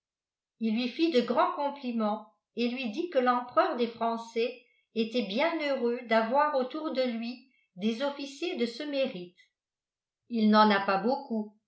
il lui fit de grands compliments et lui dit que l'empereur des français était bien heureux d'avoir autour de lui des officiers de ce mérite il n'en a pas beaucoup